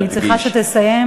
אני צריכה שתסיים,